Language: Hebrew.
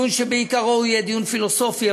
שבעיקרו יהיה דיון פילוסופי,